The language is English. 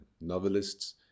novelists